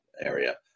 area